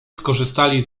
skorzystali